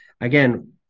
Again